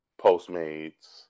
Postmates